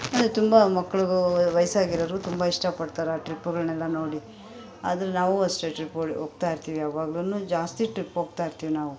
ಮತ್ತೆ ತುಂಬ ಮಕ್ಳಿಗೂ ವಯಸ್ಸಾಗಿರೋರು ತುಂಬ ಇಷ್ಟಪಡ್ತಾರೆ ಆ ಟ್ರಿಪ್ಪುಗಳನ್ನೆಲ್ಲ ನೋಡಿ ಆದರೆ ನಾವು ಅಷ್ಟೇ ಟ್ರಿಪ್ಪುಗಳಿಗೆ ಹೋಗ್ತಾಯಿರ್ತೀವಿ ಯಾವಾಗ್ಲೂ ಜಾಸ್ತಿ ಟ್ರಿಪ್ ಹೋಗ್ತಾಯಿರ್ತೀವಿ ನಾವು